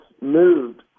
moved